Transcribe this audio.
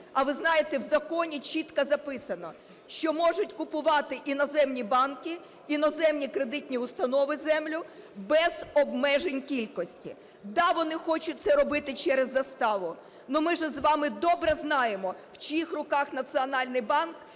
А ви знаєте, в законі чітко записано, що можуть купувати іноземні банки, іноземні кредитні установи землю без обмежень кількості. Да, вони хочуть це робити через заставу. Ну ми ж з вами добре знаємо, в чиїх руках Національний банк